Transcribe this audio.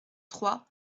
trois